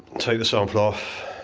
take the sample off,